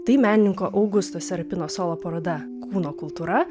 tai menininko augusto serapino solo paroda kūno kultūra